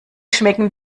schmecken